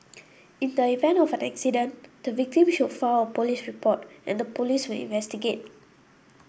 in the event of an accident the victim should file a police report and the Police will investigate